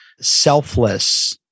selfless